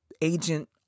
agent